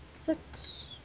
Six